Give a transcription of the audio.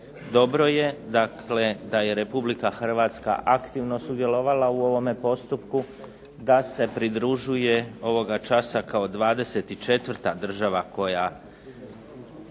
Dobro je dakle, da je Republika Hrvatska aktivno sudjelovala u ovome postupku, da se pridružuje ovoga časa kao 24 država koja